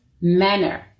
manner